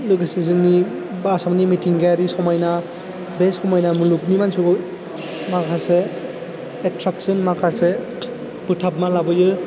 लोगोसे जोंनि बाह आसामनि मिथिंगायारि समायना बे समायना मुलुगनि मानसिफोरखौ माखासे एट्राक्सन माखासे बोथाबना लाबोयो